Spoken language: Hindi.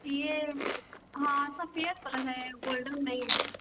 ये हाँ सफेद कलर है गोल्डन नहीं है